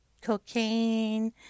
cocaine